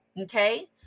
Okay